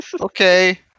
okay